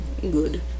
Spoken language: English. Good